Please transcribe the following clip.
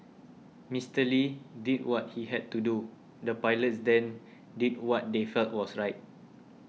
Mister Lee did what he had to do the pilots then did what they felt was right